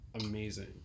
amazing